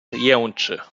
jęczy